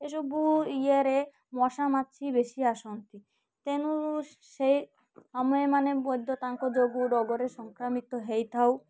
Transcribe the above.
ଏସବୁ ଇଏରେ ମଶା ମାଛି ବେଶୀ ଆସନ୍ତି ତେଣୁ ସେ ଆମେମାନେ ମଧ୍ୟ ତାଙ୍କ ଯୋଗୁ ରୋଗରେ ସଂକ୍ରାମିତ ହେଇଥାଉ